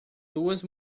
duas